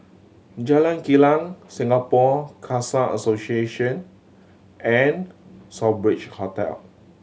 Jalan Kilang Singapore Khalsa Association and Southbridge Hotel